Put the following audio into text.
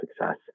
success